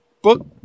book